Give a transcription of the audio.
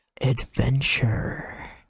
adventure